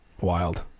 wild